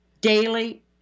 Daily